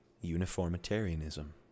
Uniformitarianism